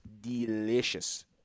delicious